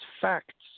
facts